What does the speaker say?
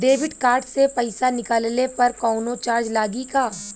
Debit card से पैसा निकलले पर कौनो चार्ज लागि का?